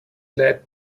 led